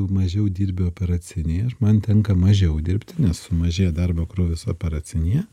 mažiau dirbi operacinėj man tenka mažiau dirbti nes sumažėja darbo krūvis operacinėje